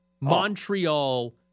Montreal